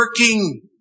working